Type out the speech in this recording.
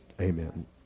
Amen